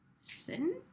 sin